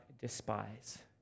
despise